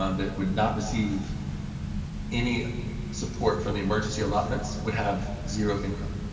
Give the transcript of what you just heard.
um that would not receive any support from the emergency allotments would have zero income.